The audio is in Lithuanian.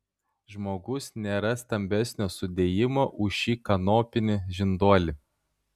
žmogus nėra stambesnio sudėjimo už šį kanopinį žinduolį